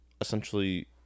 essentially